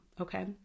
Okay